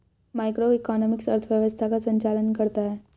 macroeconomics अर्थव्यवस्था का संचालन करता है